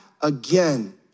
again